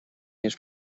his